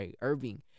Irving